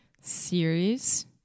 series